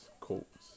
Colts